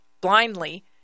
blindly